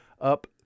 up